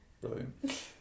Brilliant